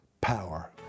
power